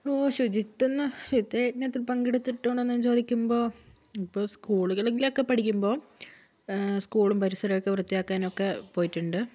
ഹോ ശുചിത്വമെന്ന് ശുചിത്വയജ്ഞത്തിൽ പങ്കെടുത്തിട്ടുണ്ടോയെന്നു ചോദിക്കുമ്പോൾ ഇപ്പോൾ സ്കൂളുകളിലൊക്കെ പഠിക്കുമ്പോൾ സ്കൂളും പരിസരവുമൊക്കെ വൃത്തിയാക്കാനൊക്കെ പോയിട്ടുണ്ട്